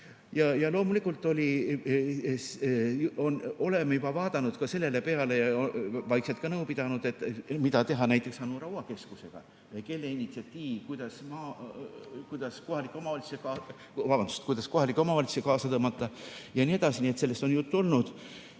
Loomulikult, oleme juba vaadanud ka sellele peale ja vaikselt nõu pidanud, mida teha näiteks Anu Raua keskusega ja kelle initsiatiivil, kuidas kohalikke omavalitsusi kaasa tõmmata jne. Nii et sellest on juttu olnud.